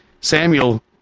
Samuel